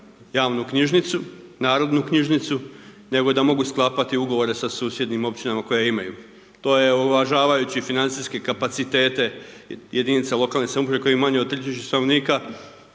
javnu knjižnicu, narodnu knjižnicu nego da mogu sklapati ugovore sa susjednim općinama koje imaju, to je uvažavajući financijske kapacitete jedinica lokalne samouprave koji imaju manje od 3000 stanovnika